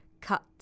Cut